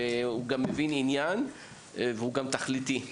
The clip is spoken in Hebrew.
והוא גם מבין עניין והוא תכליתי.